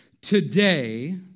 today